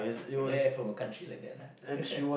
rare from a country like that lah